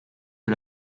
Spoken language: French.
que